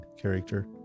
character